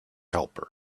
helper